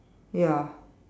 ya